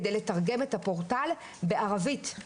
כדי לקדם את הפורטל בערבית.